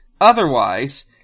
Otherwise